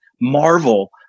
marvel